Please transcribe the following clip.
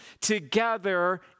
together